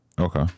Okay